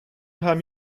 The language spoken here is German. kam